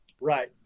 Right